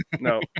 no